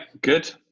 good